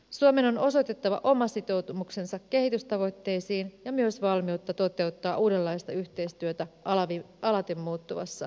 suomen on osoitettava oma sitoumuksensa kehitystavoitteisiin ja myös valmiutta toteuttaa uudenlaista yhteistyötä alati muuttuvassa maailmassa